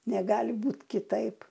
negali būt kitaip